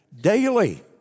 Daily